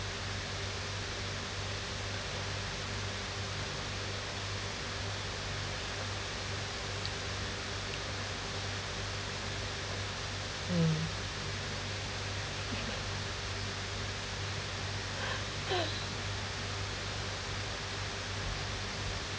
mm